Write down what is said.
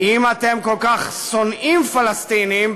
אם אתם כל כך "שונאים" פלסטינים,